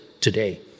today